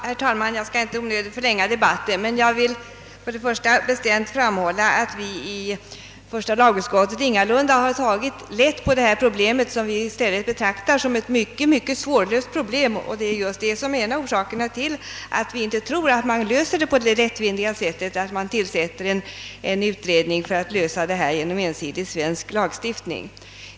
Herr talman! Jag skall inte onödigt förlänga debatten, men jag vill bestämt framhålla, att vi i första lagutskottet ingalunda har tagit lätt på detta problem, som vi betraktar som mycket svårlöst. Men just därför anser vi inte att man kan lösa det så enkelt som genom att tillsätta en utredning i syfte att få till stånd en ensidig svensk lagstiftning.